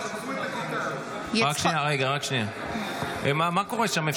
מה קורה שם?